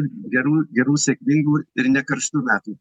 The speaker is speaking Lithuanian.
gerų gerų sėkmingų ir nekarštų metų